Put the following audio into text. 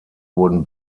wurden